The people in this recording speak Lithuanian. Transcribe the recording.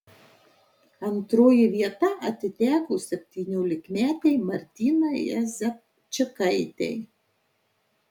antroji vieta atiteko septyniolikmetei martynai jezepčikaitei